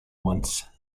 once